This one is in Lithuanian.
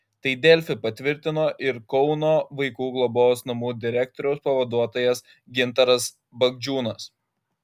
tai delfi patvirtino ir kauno vaikų globos namų direktoriaus pavaduotojas gintaras bagdžiūnas